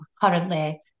currently